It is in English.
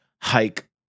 hike